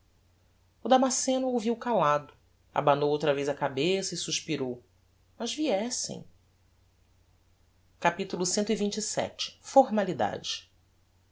o damasceno ouviu calado abanou outra vez a cabeça e suspirou mas viessem capitulo cxxvii formalidade